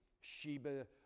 Sheba